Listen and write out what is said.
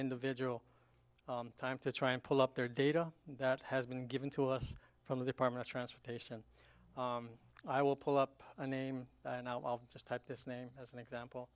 individual time to try and pull up their data that has been given to us from the department of transportation i will pull up a name and i'll just type this name as an example